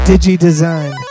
Digi-Design